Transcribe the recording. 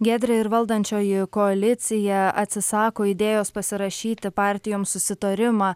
giedrė ir valdančioji koalicija atsisako idėjos pasirašyti partijoms susitarimą